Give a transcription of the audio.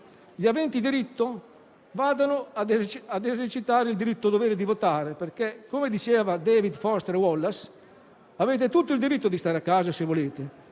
gli aventi diritto vadano ad esercitare il diritto-dovere di votare, perché come diceva David Foster Wallace avete tutto il diritto di stare a casa se volete,